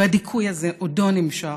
והדיכוי הזה עודו נמשך,